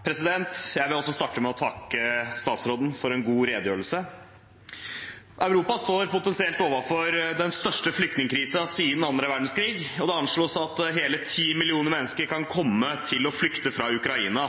Jeg vil også starte med å takke statsråden for en god redegjørelse. Europa står potensielt overfor den største flyktningkrisen siden annen verdenskrig, og det anslås at hele 10 millioner mennesker kan komme til å flykte fra Ukraina.